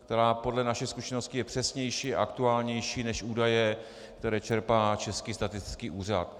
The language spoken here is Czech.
Ta je podle našich zkušeností přesnější a aktuálnější než údaje, které čerpá Český statistický úřad.